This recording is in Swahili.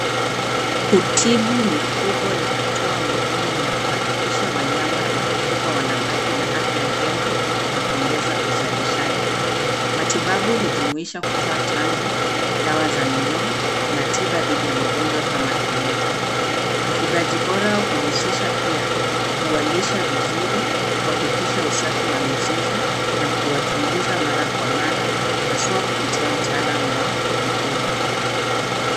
Kutibu mifugo ni hatua muhimu ya kuhakikisha wanyama wa kufugwa wanabaki na afya njema na kuongeza uzalishaji. Matibabu hujumuisha kutoa chanjo, dawa za minyoo na tiba dhidi ya magonjwa kama kimeta. Ufugaji bora huhusisha pia kuwalisha vizuri, kuhakikisha usafi wa mizizi na kuwachunguza mara kwa mara haswa kupitia mtaalam wa mifugo.